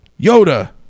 Yoda